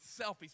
selfies